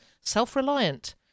self-reliant